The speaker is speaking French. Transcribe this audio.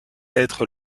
être